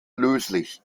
löslich